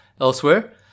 Elsewhere